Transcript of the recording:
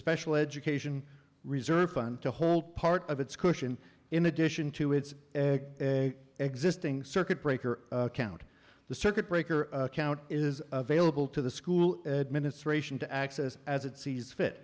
special education reserve fund to hold part of its cushion in addition to its existing circuit breaker account the circuit breaker account is available to the school administration to access as it sees fit